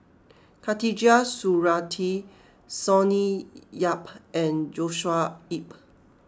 Khatijah Surattee Sonny Yap and Joshua Ip